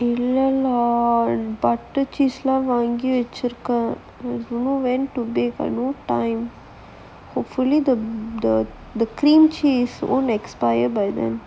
இல்ல:illa lah butter cheese எல்லாம் வாங்கி வச்சு இருக்கேன்: ellaam vaangi vachu irukkaen don't know when today but no time hopefully the the the cream cheese won't expire by then